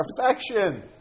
perfection